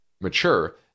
mature